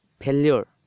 failure